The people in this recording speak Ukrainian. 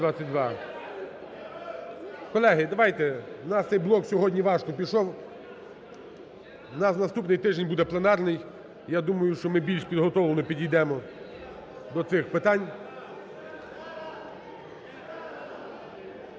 Колеги, давайте. У нас цей блок сьогодні важко пішов. У нас наступний тиждень буде пленарний. Я думаю, що ми більш підготовлено підійдемо до цих питань.